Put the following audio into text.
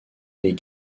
les